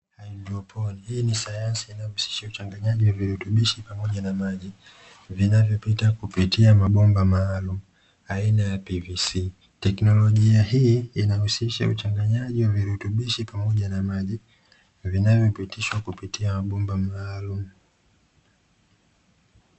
Haidroponi hii ni sayansi inayohusisha uchanganyaji wa virutubishi pamoja na maji vinavyopita kupitia mabomba maalumu aina ya "PVC". Teknolojia hii inahusisha uchanganyaji wa virutubishi pamoja na maji vinavyopitishwa kupitia mabomba maalumu.